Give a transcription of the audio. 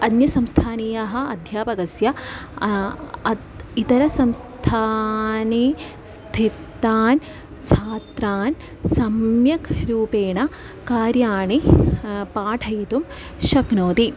अन्यसंस्थानीयाः अध्यापकस्य इतरसंस्थानि स्थितान् छात्रान् सम्यक् रूपेण कार्याणि पाठयितुं शक्नोति